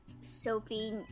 Sophie